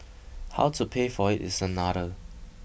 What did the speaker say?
how to pay for it is another